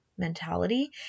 mentality